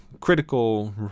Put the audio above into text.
critical